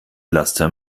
laster